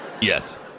Yes